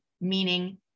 meaning